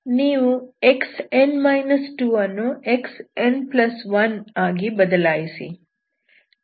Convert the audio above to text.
ನೀವು xn 2 ಅನ್ನು xn1 ಆಗಿ ಬದಲಾಯಿಸಿ